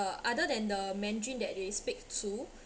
uh other than the mandarin that they speak to